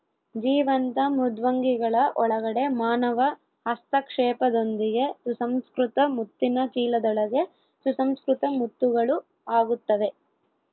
ಜೀವಂತ ಮೃದ್ವಂಗಿಗಳ ಒಳಗಡೆ ಮಾನವ ಹಸ್ತಕ್ಷೇಪದೊಂದಿಗೆ ಸುಸಂಸ್ಕೃತ ಮುತ್ತಿನ ಚೀಲದೊಳಗೆ ಸುಸಂಸ್ಕೃತ ಮುತ್ತುಗಳು ಆಗುತ್ತವೆ